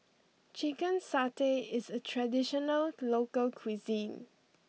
Chicken Satay is a traditional local cuisine